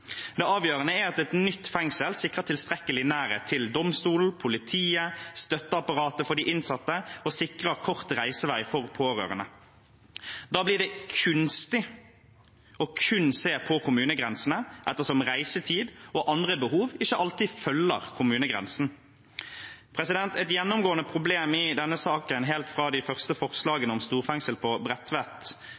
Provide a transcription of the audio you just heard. Det avgjørende er at nytt fengsel sikrer tilstrekkelig nærhet til domstolen, politiet, støtteapparatet for de innsatte og sikrer kort reisevei for pårørende. Da blir det kunstig kun å se på kommunegrensene, ettersom reisetid og andre behov ikke alltid følger kommunegrensen. Et gjennomgående problem i denne saken helt fra de første forslagene om storfengsel på Bredtvet kom på